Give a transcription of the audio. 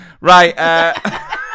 Right